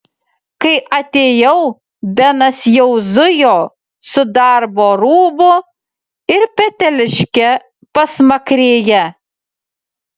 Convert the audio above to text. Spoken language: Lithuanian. kai atėjau benas jau zujo su darbo rūbu ir peteliške pasmakrėje